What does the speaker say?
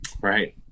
Right